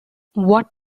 what